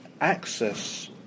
access